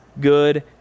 good